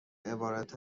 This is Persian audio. عبارت